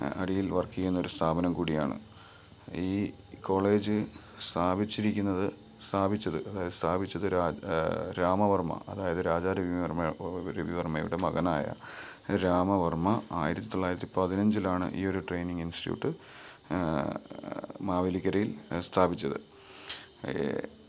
അടിയിൽ വർക്ക് ചെയ്യുന്നൊരു സ്ഥാപനം കൂടിയാണ് ഈ കോളേജ് സ്ഥാപിച്ചിരിക്കുന്നത് സ്ഥാപിച്ചത് അതായത് സ്ഥാപിച്ചത് രാ രാമവർമ്മ അതായത് രാജാ രവിവർമ്മയുടെ മകനായ രാമവർമ്മ ആയിരത്തി തൊള്ളായിരത്തി പതിനഞ്ചിലാണ് ഈ ഒരു ട്രൈനിങ് ഇൻസ്റ്റിട്യൂട്ട് മാവേലിക്കരയിൽ സ്ഥാപിച്ചത്